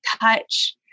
touch